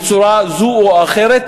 בצורה זאת או אחרת,